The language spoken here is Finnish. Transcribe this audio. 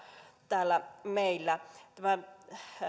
täällä meillä